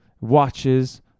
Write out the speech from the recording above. watches